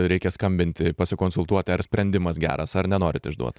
reikia skambinti pasikonsultuoti ar sprendimas geras ar nenorit išduot